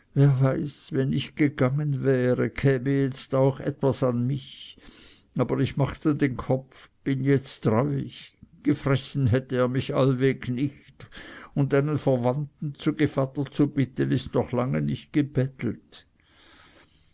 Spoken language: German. wenn ich gegangen wäre käme jetzt auch was an mich aber ich machte den kopf bin jetzt reuig gefressen hätte er mich allweg nicht und einen verwandten zu gevatter bitten ist noch lange nicht gebettelt